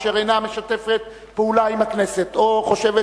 אשר אינה משתפת פעולה עם הכנסת או חושבת